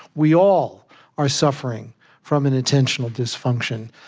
we all are suffering from an attentional dysfunction.